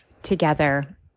together